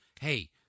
hey